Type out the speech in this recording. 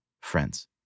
friends